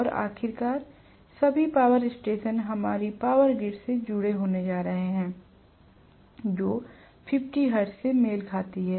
और आखिरकार सभी पावर स्टेशन हमारी पावर ग्रिड से जुड़े होने जा रहे हैं जो 50 हर्ट्ज से मेल खाती है